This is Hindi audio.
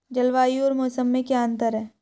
जलवायु और मौसम में अंतर क्या है?